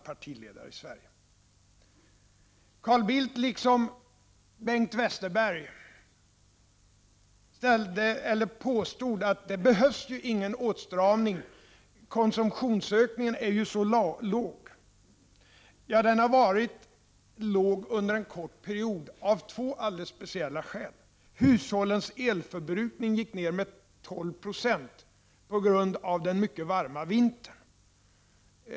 Carl Bildt påstod liksom Bengt Westerberg att det inte behövs någon åtstramning, eftersom konsumtionsökningen ju är så låg. Den har varit låg under en kort period, av två alldeles speciella skäl. Det ena är att hushållens elförbrukning gick ned med 12 26 på grund av den mycket varma vintern.